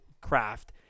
craft